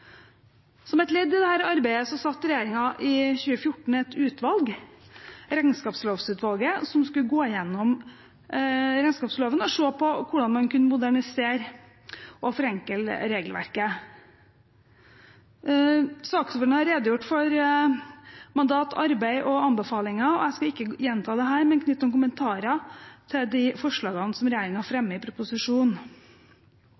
Som et ledd i dette arbeidet satte regjeringen i 2014 ned et utvalgt, Regnskapslovutvalget, som skulle gå gjennom regnskapsloven og se på hvordan man kunne modernisere og forenkle regelverket. Saksordføreren har redegjort for mandat, arbeid og anbefalinger, og jeg skal ikke gjenta det her, men knytte noen kommentarer til de forslagene som